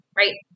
right